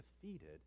defeated